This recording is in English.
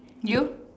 you